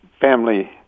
family